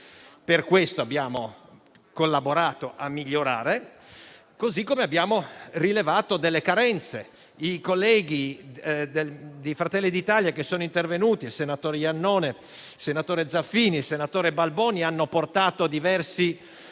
per questo abbiamo collaborato a migliorarlo, così come delle carenze. I colleghi di Fratelli d'Italia che sono intervenuti, i senatori Iannone, Zaffini e Balboni, hanno portato diversi